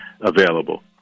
available